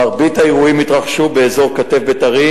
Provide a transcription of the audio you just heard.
מרבית האירועים התרחשו באזור כתף-בתרים,